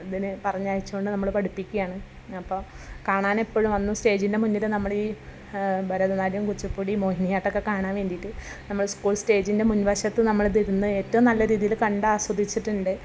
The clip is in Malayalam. ഇതിന് പറഞ്ഞയച്ചുകൊണ്ട് നമ്മൾ പഠിപ്പിക്കുകയാണ് അപ്പോൾ കാണാനെപ്പോഴും അന്ന് സ്റ്റേജിൻ്റെ മുന്നിലും നമ്മൾ ഈ ഭരതനാട്യം കുച്ചിപ്പുഡി മോഹിനിയാട്ടമൊക്കെ കാണാൻ വേണ്ടിയിട്ട് നമ്മൾ സ്കൂൾ സ്റ്റേജിൻ്റെ മുൻ വശത്ത് നമ്മളിരുന്ന് ഏറ്റവും നല്ല രീതിയിൽ കണ്ട് ആസ്വദിച്ചിട്ടുണ്ട്